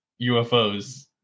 UFOs